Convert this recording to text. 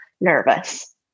nervous